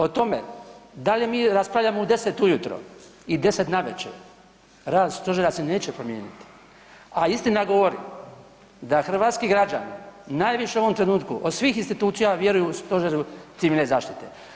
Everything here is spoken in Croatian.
O tome da li mi raspravljamo u 10 ujutro i 10 navečer, rad stožera se neće promijeniti, a istina govori da hrvatski građani najviše u ovom trenutku od svih institucija vjeruju Stožeru civilne zaštite.